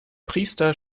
priester